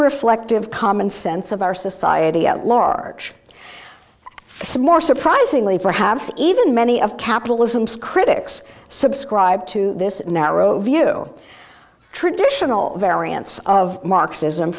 reflective commonsense of our society at large surprisingly perhaps even many of capitalism scripts subscribe to this narrow view traditional variants of marxism